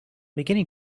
beginning